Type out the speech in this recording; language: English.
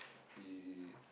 he